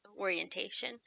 orientation